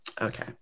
Okay